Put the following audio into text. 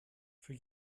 für